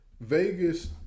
Vegas